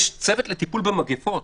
יש צוות לטיפול במגפות,